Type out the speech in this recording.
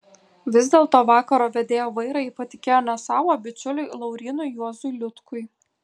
vis dėlto vakaro vedėjo vairą ji patikėjo ne sau o bičiuliui laurynui juozui liutkui